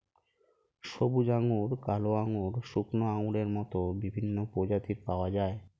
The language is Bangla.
সবুজ আঙ্গুর, কালো আঙ্গুর, শুকনো আঙ্গুরের মত বিভিন্ন প্রজাতির পাওয়া যায়